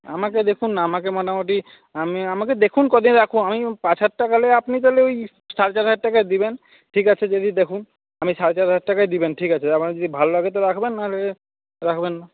আমাকে দেখুন না আমাকে মোটামুটি আমাকে দেখুন কদিন রাখুন আমি পাঁচ হাজার টাকা নিলে আপনি তাহলে ওই সাড়ে চার হাজার টাকা দেবেন ঠিক আছে দিদি দেখুন আমি সাড়ে চার হাজার টাকাই দেবেন ঠিক আছে আমাকে যদি ভালো লাগে তো রাখবেন না হলে রাখবেন না